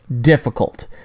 difficult